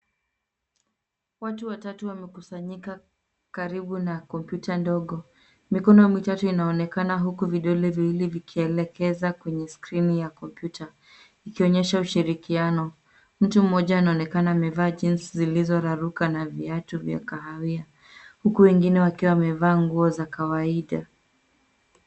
Watu watatu wamekusanyika karibu na kompyuta ndogo. Mikono mitatu inaonekana uku vidole viwili vikielekeza kwenye skrini ya kompyuta ikionyesha ushirikiano. Mtu mmoja anaonekana amevaa jinsi zilizoraruka na viatu vya kahawia uku wengine wakiwa wameva nguo za kawaida.